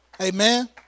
Amen